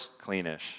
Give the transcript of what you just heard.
cleanish